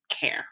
care